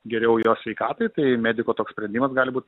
geriau jo sveikatai tai mediko toks sprendimas gali būt